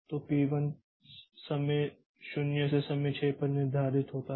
तो पी1 समय 0 से समय 6 पर निर्धारित होता है